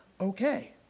okay